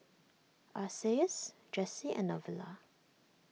Isaias Jessy and Novella